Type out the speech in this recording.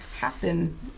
happen